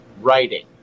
writing